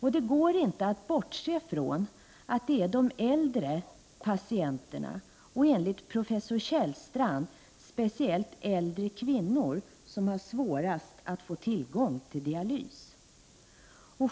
Det går inte att bortse från att det är de äldre patienterna och enligt professor Kjellstrands uppgifter speciellt äldre kvinnor som har svårast att få tillgång till dialys.